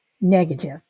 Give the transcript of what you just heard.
negative